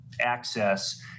access